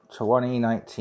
2019